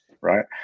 right